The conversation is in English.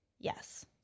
Yes